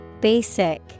Basic